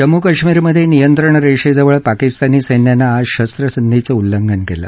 जम्मू काश्मीरमध्ये नियंत्रण रेषेजवळ पाकिस्तानी सैन्यानं आज शस्त्रसंधीचं उल्लंघन केलं